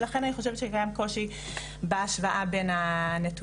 ולכן אני חושבת שקיים קושי בהשוואה בין הנתונים.